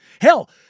hell